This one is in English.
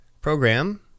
program